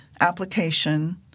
application